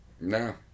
No